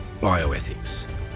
bioethics